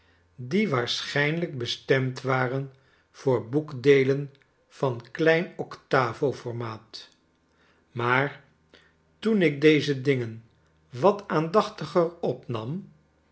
die waarschijnlijk bestemd waren voor boekdeelen van klein octavo formaat maar toen ik deze dingen wat aandachtiger opnam